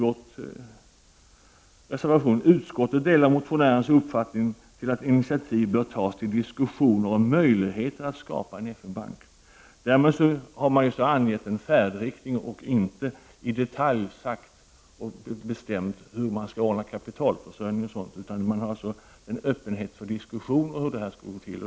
I reservationen sägs: ”Utskottet delar motionärernas uppfattning att initiativ bör tas till diskussioner om möjligheter att skapa en FN-bank.” Därmed har vi angett en färdriktning och inte i detalj angett hur kapitalförsörjningen skall ordnas, utan vi är öppna för diskussioner om hur detta skall gå till.